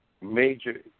Major